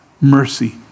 mercy